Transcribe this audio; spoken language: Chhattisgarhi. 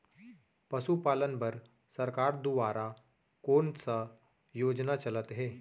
पशुपालन बर सरकार दुवारा कोन स योजना चलत हे?